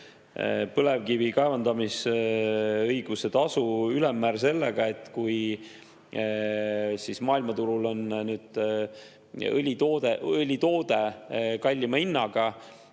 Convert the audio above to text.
põlevkivi kaevandamisõiguse tasu ülemmäär sellega, et kui maailmaturul on õlitoode kallima hinnaga,